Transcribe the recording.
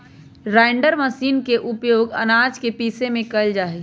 grinder machine के उपयोग आनाज के पीसे में कइल जाहई